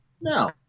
No